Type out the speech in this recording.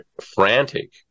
frantic